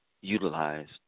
utilized